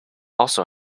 also